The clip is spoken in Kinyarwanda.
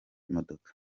imodoka